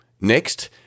next